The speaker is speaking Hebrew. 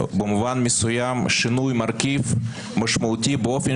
במובן מסוים שינוי מרכיב משמעותי באופן